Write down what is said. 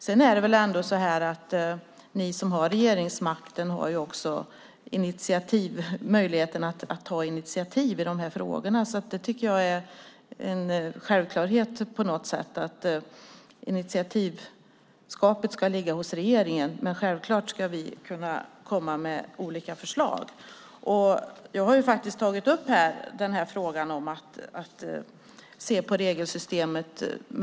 Sedan är det ändå så att ni som har regeringsmakten också har möjligheten att ta initiativ i de här frågorna. Jag tycker att det är en självklarhet på något sätt att initiativet ska ligga hos regeringen. Men vi ska självklart kunna komma med olika förslag. Jag har faktiskt tagit upp en fråga om hur man ska se på regelsystemet.